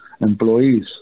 employees